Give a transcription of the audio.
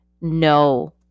no